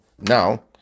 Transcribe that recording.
now